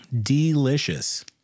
Delicious